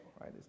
right